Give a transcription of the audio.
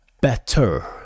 better